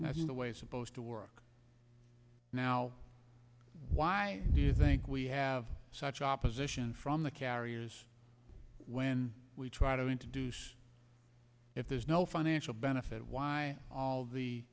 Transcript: plans the way it's supposed to work now why do you think we have such opposition from the carriers when we try to introduce if there's no financial benefit why all the